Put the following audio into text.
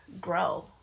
grow